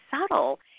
subtle